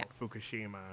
Fukushima